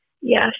Yes